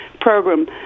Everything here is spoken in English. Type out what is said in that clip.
program